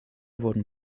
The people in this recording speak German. wurden